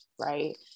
right